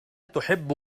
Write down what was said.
تحب